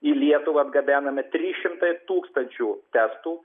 į lietuvą atgabenami trys šimtai tūkstančių testų